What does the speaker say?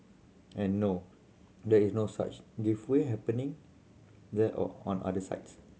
and no there is no such giveaway happening there or on other sites